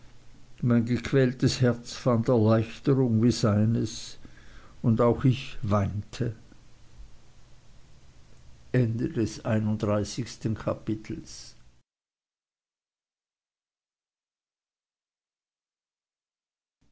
mein gequältes herz fand erleichterung wie seines und auch ich weinte